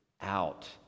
out